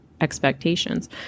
expectations